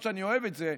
לא שאני אוהב את זה,